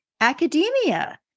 academia